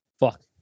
Fuck